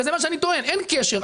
אני טוען שאין קשר.